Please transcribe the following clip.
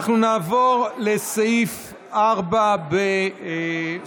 אנחנו נעבור לסעיף 4 בסדר-היום,